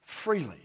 Freely